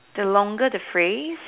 the longer the phrase